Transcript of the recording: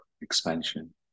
expansion